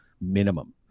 minimum